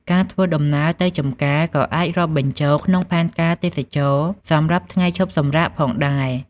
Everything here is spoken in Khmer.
ការធ្វើដំណើរទៅចម្ការក៏អាចរាប់បញ្ចូលក្នុងផែនការទេសចរណ៍សម្រាប់ថ្ងៃឈប់សម្រាកផងដែរ។